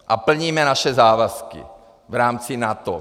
A plníme naše závazky v rámci NATO.